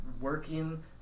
working